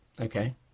okay